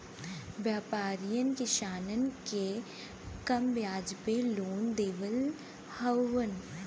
व्यापरीयन किसानन के कम बियाज पे लोन देवत हउवन